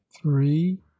three